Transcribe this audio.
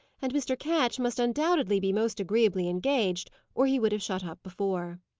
and mr. ketch must undoubtedly be most agreeably engaged, or he would have shut up before.